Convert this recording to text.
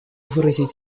выразить